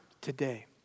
today